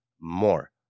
more